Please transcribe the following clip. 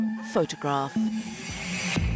Photograph